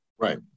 Right